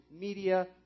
media